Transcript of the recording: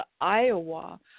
Iowa